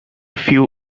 few